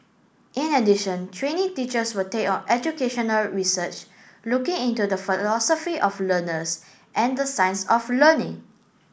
in addition trainee teachers will take on educational research looking into the of learners and the science of learning